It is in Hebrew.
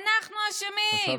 אנחנו אשמים.